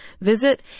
visit